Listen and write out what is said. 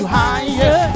higher